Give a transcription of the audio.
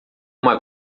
uma